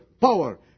power